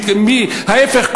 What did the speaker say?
ההפך,